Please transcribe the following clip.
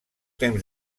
temps